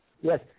Yes